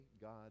God